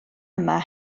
yma